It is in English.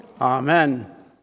Amen